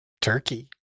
Turkey